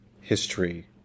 history